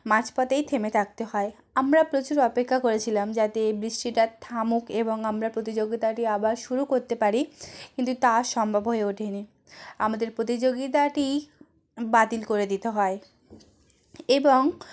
মাঝ পথেই থেমে থাকতে হয় আমরা প্রচুর অপেক্ষা করেছিলাম যাতে এই বৃষ্টিটা থামুক এবং আমরা প্রতিযোগিতাটি আবার শুরু করতে পারি কিন্তু তা আর সম্ভব হয়ে ওঠে নি আমাদের প্রতিযোগিতাটি বাতিল করে দিতে হয় এবং